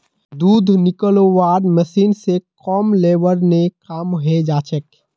दूध निकलौव्वार मशीन स कम लेबर ने काम हैं जाछेक